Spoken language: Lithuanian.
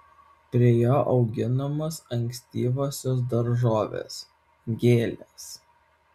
prie jo auginamos ankstyvosios daržovės gėlės